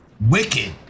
Wicked